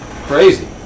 crazy